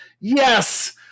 Yes